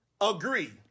agree